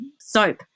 soap